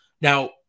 Now